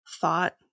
thought